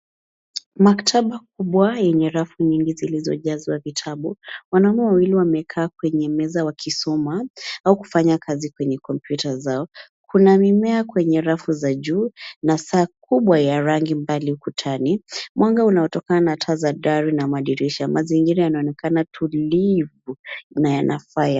Maktaba kubwa yenye rafu nyingi zilizojazwa vitabu, wanaume wawili wamekaa kwenye meza wakisoma, au kufanya kazi kwenye kompyuta zao. Kuna mimea kwenye rafu za juu na saa kubwa ya rangi mbali kutani. Mwanga unaotokana na taa za dari na madirisha. Mazingira yanaonekana tulivu na yanafaa ya kujifunzia.